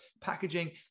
packaging